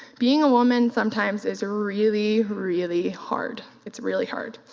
being a woman sometimes is really, really hard. it's really hard.